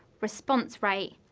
response rate,